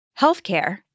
Healthcare